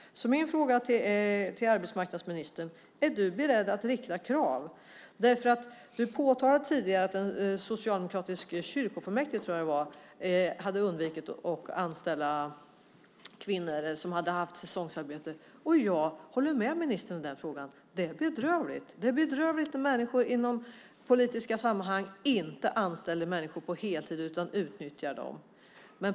Min fråga till arbetsmarknadsministern är: Är du beredd att rikta krav? Du påtalade tidigare att en socialdemokratisk kyrkofullmäktige, tror jag att det var, hade undvikit att anställa kvinnor som hade haft säsongsarbete. Jag håller med ministern att det är bedrövligt. Det är bedrövligt att människor i politiska sammanhang inte anställer människor på heltid utan utnyttjar dem.